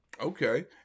Okay